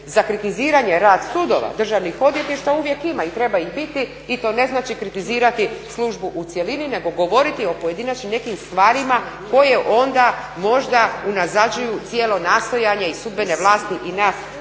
za kritiziranje rada sudova, državnih odvjetništava uvijek ima i treba ih biti i to ne znači kritizirati službu cjelini nego govoriti o pojedinačnim nekim stvarima koje onda možda unazađuju cijelo nastojanje i sudbene vlasti nas